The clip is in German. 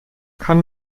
kann